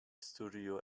studio